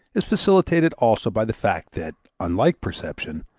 is facilitated also by the fact that, unlike perception,